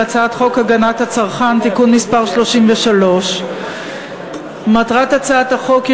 הצעת חוק הגנת הצרכן (תיקון מס' 33). מטרת הצעת החוק היא